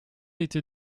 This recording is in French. était